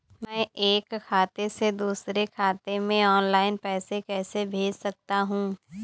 मैं एक खाते से दूसरे खाते में ऑनलाइन पैसे कैसे भेज सकता हूँ?